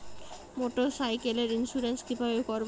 মোটরসাইকেলের ইন্সুরেন্স কিভাবে করব?